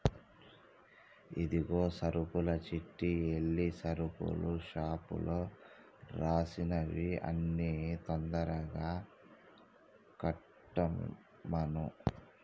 ఇదిగో సరుకుల చిట్టా ఎల్లి సరుకుల షాపులో రాసినవి అన్ని తొందరగా కట్టమను